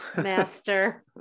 master